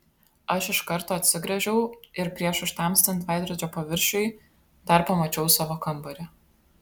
aš iš karto atsigręžiau ir prieš užtemstant veidrodžio paviršiui dar pamačiau savo kambarį